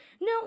No